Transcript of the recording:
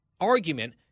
argument